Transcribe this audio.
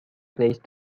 place